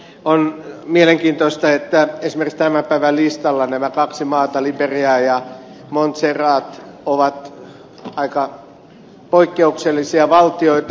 on mielenkiintoista että esimerkiksi tämän päivän listalla nämä kaksi maata liberia ja montserrat ovat aika poikkeuksellisia valtioita